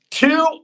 Two